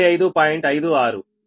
24